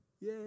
Yay